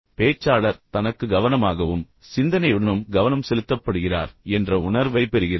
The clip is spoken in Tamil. பேச்சாளர் தனக்கு கவனமாகவும் சிந்தனையுடனும் கவனம் செலுத்தப்படுகிறார் என்ற உணர்வை பெறுகிறார்